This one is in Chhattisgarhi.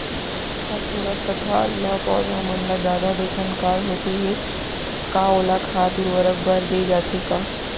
फास्फोरस तथा ल पौधा मन ल जादा देथन त का होथे हे, का ओला खाद उर्वरक बर दे जाथे का?